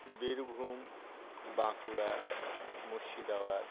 Birbhum Bankura Murshidabad